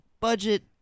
budget